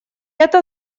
это